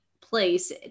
place